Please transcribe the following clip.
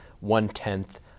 one-tenth